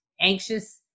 anxious